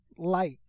light